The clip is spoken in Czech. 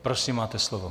Prosím, máte slovo.